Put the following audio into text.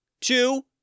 two